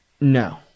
No